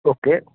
okay